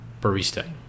barista